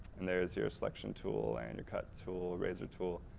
and there is your selection tool, and your cut tool, razor tool,